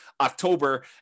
October